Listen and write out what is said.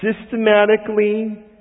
systematically